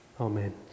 Amen